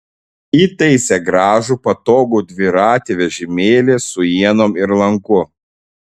įtaisė gražų patogų dviratį vežimėlį su ienom ir lanku